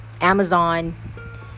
amazon